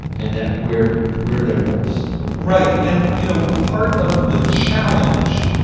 and that we're we're their voice right. and, you know, part of the challenge,